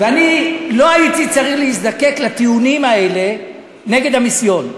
אני לא הייתי צריך להזדקק לטיעונים האלה נגד המיסיון.